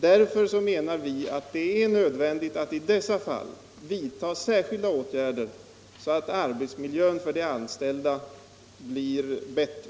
Därför menar vi att det är nödvändigt att i de fallen vidta sådana åtgärder att arbetsmiljön för de anställda blir bättre.